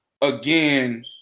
again